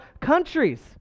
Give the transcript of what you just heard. countries